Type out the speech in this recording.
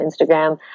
Instagram